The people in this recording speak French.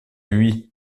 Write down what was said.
hui